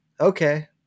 okay